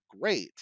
great